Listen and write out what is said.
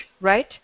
right